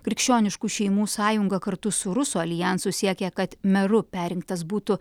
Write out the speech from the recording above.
krikščioniškų šeimų sąjunga kartu su rusų aljansu siekia kad meru perrinktas būtų